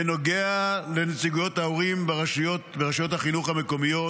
בנוגע לנציגויות ההורים ברשויות החינוך המקומיות,